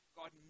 God